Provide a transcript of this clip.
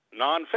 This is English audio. nonfiction